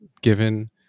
given